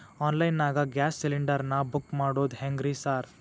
Online ನಾಗ gas cylinder ನಾ book ಮಾಡೋದ್ ಹೆಂಗ್ರಿ ಸಾರ್?